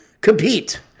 compete